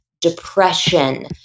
depression